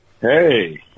Hey